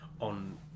on